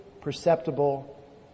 perceptible